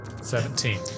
Seventeen